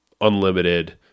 unlimited